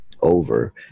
over